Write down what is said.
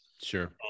sure